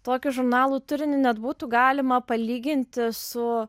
tokį žurnalų turinį net būtų galima palyginti su